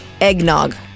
Eggnog